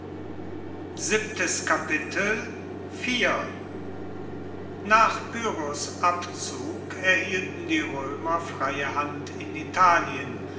nach pyrrhos abzug erhielten die roemer freie hand in italien